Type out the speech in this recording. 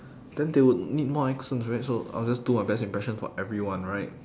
then they would need more accents right so I'll just do my best impression for everyone right